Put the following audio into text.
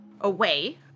away